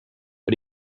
but